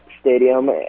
stadium